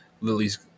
Lily's